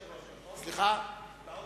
הצעות סיכום, לא?